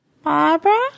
Barbara